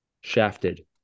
shafted